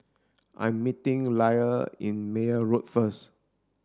I'm meeting Liller in Meyer Road first